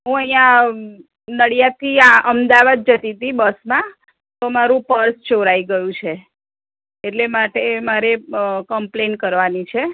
હું અહીંયા નડિયાથી આ અમદાવાદ જતી હતી બસમાં તો મારું પર્સ ચોરાઈ ગયું છે એટલે માટે મારે કંપ્લેન કરવાની છે